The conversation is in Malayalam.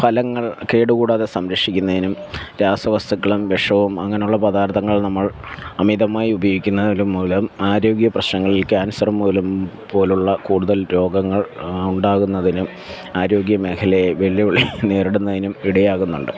ഫലങ്ങൾ കേടു കൂടാതെ സംരക്ഷിക്കുന്നതിനും രാസവസ്തുക്കളും വിഷവും അങ്ങനെയുള്ള പദാർത്ഥങ്ങൾ നമ്മൾ അമിതമായി ഉപയോഗിക്കുന്നത് മൂലം ആരോഗ്യ പ്രശ്നങ്ങൾ ഈ ക്യാൻസർ മൂലം പോലുള്ള കൂടുതൽ രോഗങ്ങൾ ഉണ്ടാകുന്നതിനും ആരോഗ്യ മേഖലയെ വെല്ലുവിളി നേരിടുന്നതിനും ഇടയാകുന്നുണ്ട്